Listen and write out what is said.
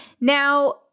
Now